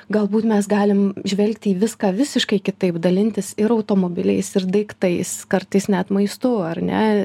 galbūt mes galim žvelgti į viską visiškai kitaip dalintis ir automobiliais ir daiktais kartais net maistu ar ne